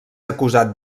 acusat